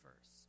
first